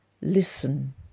listen